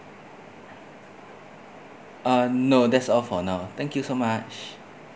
uh no that's all for now thank you so much